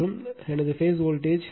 மற்றும் எனது phase voltage